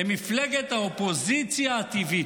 הם מפלגת האופוזיציה הטבעית.